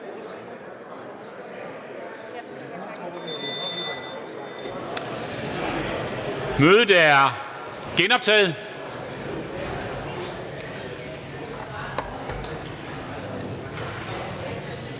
Mødet er genoptaget.